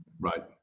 Right